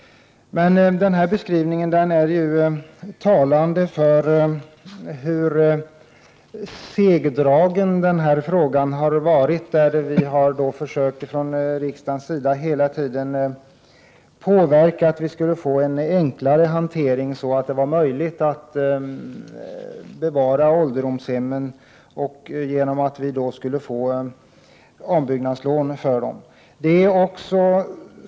Men beskrivningen är talande för hur segdraget det har varit. Vi från riksdagens sida har hela tiden försökt få en enklare hantering, för att det skulle bli möjligt att bevara ålderdomshemmen, genom att kommunerna skulle få statliga lån för ombyggnad.